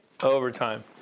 Overtime